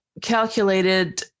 calculated